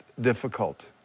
difficult